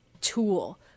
tool